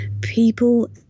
People